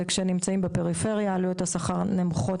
וכשנמצאים בפריפריה עלויות השכר נמוכות